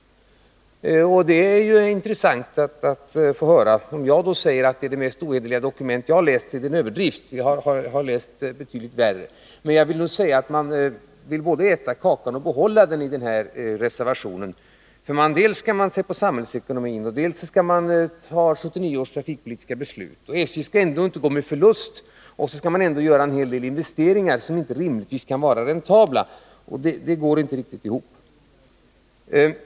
Det är intressant att höra. Det vore en överdrift om jag sade att det är det mest ohederliga dokument som jag har läst, för jag har läst betydligt värre. Men socialdemokraterna vill i motionen både äta kakan och behålla den. Dels skall vi ta samhällsekonomiska hänsyn, dels skall vi följa 1979 års trafikpolitiska beslut. SJ skall också göra en hel del investeringar som inte rimligtvis kan vara räntabla, men trots det skall SJ inte gå med förlust.